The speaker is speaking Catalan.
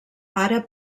ara